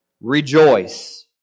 Rejoice